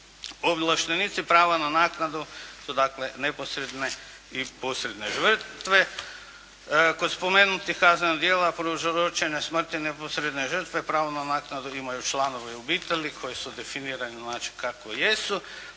Ovlaštenici prava na naknadu su dakle, neposredne i posredne žrtve. Kod spomenutih kaznenih djela, prouzročene smrti neposredne žrtve, pravo na naknadu imaju članovi obitelji, koji su definirani na način kako jesu.